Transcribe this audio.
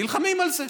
נלחמים על זה.